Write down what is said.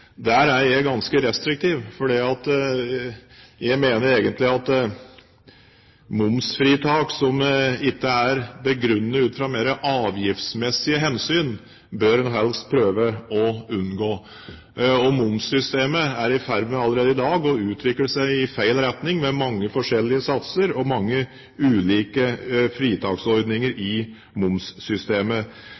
er jeg ganske restriktiv, fordi jeg mener at momsfritak som ikke er begrunnet ut fra mer avgiftsmessige hensyn, bør en helst prøve å unngå. Momssystemet er allerede i dag i ferd med å utvikle seg i feil retning, med mange forskjellige satser og mange ulike fritaksordninger. Jeg mener det er bedre å bruke direkte støtteordninger, slik en gjør i